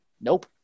Nope